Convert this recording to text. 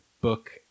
book